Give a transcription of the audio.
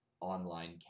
online